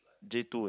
J-two eh